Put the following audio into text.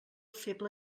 feble